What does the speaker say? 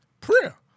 Prayer